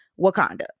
Wakanda